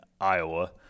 Iowa